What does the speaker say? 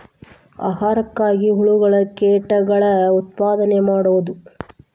ಆಹಾರಕ್ಕಾಗಿ ಹುಳುಗಳ ಕೇಟಗಳ ಉತ್ಪಾದನೆ ಮಾಡುದು